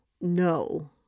no